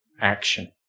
action